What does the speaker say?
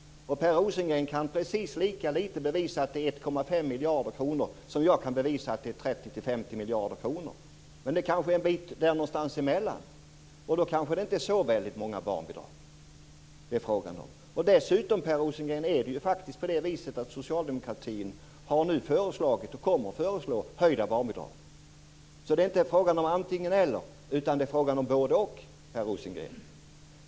Per Rosengren kan precis lika litet bevisa att det är 1,5 miljarder kronor som jag kan bevisa att det är 30-50 miljarder kronor. Det ligger kanske någonstans där emellan, och då är det kanske inte så väldigt många barnbidrag. Dessutom är det faktiskt på det viset att socialdemokratin kommer att föreslå höjda barnbidrag, Per Rosengren. Det är inte frågan om antingeneller, utan det är frågan om både-och, Per Rosengren.